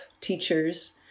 teachers